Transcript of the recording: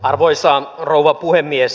arvoisa rouva puhemies